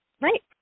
Right